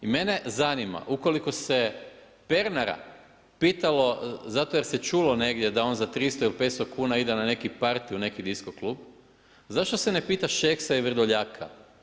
I mene zanima ukoliko se Pernara pitalo zato jer se čulo negdje da on za 300 ili 500 kuna ide na neki party u neki disco klub, zašto se ne pita Šeksa i Vrdoljaka.